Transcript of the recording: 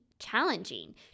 challenging